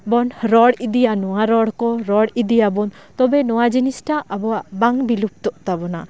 ᱵᱚᱱ ᱨᱚᱲ ᱤᱫᱤᱭᱟ ᱱᱚᱶᱟ ᱨᱚᱲ ᱠᱚ ᱨᱚᱲ ᱤᱫᱤᱭᱟᱵᱚᱱ ᱛᱚᱵᱮ ᱱᱚᱶᱟ ᱡᱤᱱᱤᱥᱴᱟᱜ ᱟᱵᱚᱭᱟᱜ ᱵᱟᱝ ᱵᱤᱞᱩᱯᱛᱚᱜ ᱛᱟᱵᱚᱱᱟ